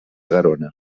garona